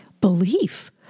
Belief